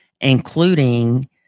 including